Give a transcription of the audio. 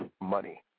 money